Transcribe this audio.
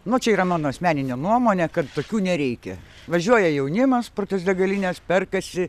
nu čia yra mano asmeninė nuomonė kad tokių nereikia važiuoja jaunimas pro tas degalines perkasi